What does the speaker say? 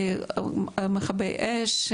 מכבי אש,